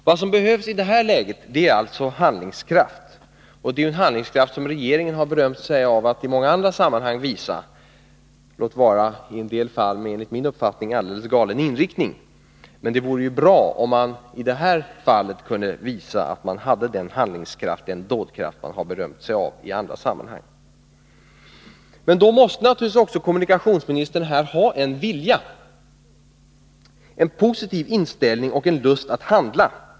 Vad som behövs i det här läget är alltså handlingskraft, och det är ju handlingskraft som regeringen i många andra sammanhang berömt sig av att visa — låt vara i en del fall med enligt min uppfattning alldeles galen inriktning. Det vore emellertid bra om man i det här fallet kunde visa att man har den handlingskraft, den dådkraft som man berömt sig av i andra sammanhang. Men då måste naturligtvis kommunikationsministern också här ha en vilja, en positiv inställning och en lust att handla.